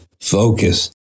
focus